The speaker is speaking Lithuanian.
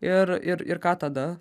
ir ir ir ką tada